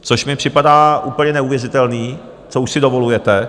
Což mi připadá úplně neuvěřitelné, co už si dovolujete.